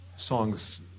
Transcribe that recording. Songs